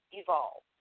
evolve